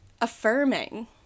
affirming